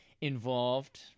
involved